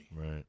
Right